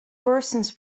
persons